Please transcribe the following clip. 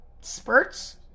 spurts